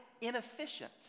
inefficient